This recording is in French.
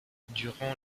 durant